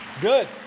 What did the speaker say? Good